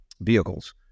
vehicles